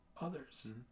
others